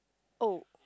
oh